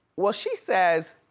well she says,